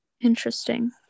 Interesting